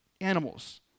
animals